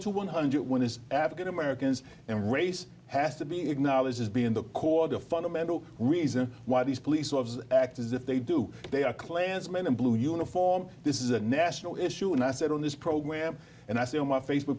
to one hundred when is african americans and race has to be acknowledged as being the cause of fundamental reason why these police officers act as if they do they are klansman and blue uniform this is a national issue and i said on this program and i say on my face